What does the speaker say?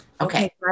Okay